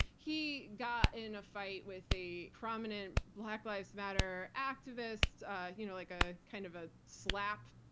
he got in a fight with a prominent black lives matter activist-kind ah you know like ah kind of a slap,